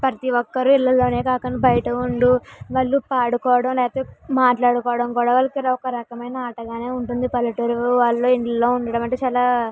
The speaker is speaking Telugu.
ప్రతి ఒక్కరు ఇళ్లల్లోనే కాకుండా బయట వుండు వాళ్ళు పాడుకోవడం లేకపోతే మాట్లాడకపోవడం గొడవలు ఇది ఒక రకమైన ఆటగానే ఉంటుంది పల్లెటూరు వాళ్ళు ఇంట్లో ఉండడం అంటే చాలా